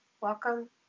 Welcome